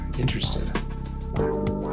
interested